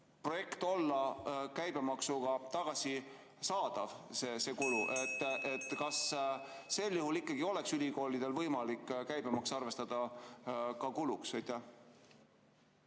projekt olla käibemaksuga tagasisaadav, see kulu. Kas sel juhul ikkagi oleks ülikoolidel võimalik käibemaks ka arvestada kuluks?